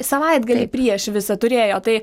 savaitgalį prieš visą turėjo tai